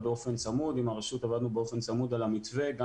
אומר